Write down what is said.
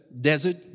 desert